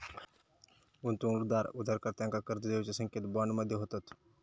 गुंतवणूकदार उधारकर्त्यांका कर्ज देऊचे संकेत बॉन्ड मध्ये होतत